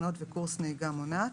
בחינות וקורס נהיגה מונעת".